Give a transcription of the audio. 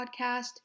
Podcast